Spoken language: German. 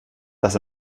dass